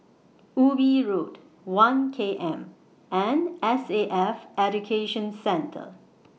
Ubi Road one K M and S A F Education Centre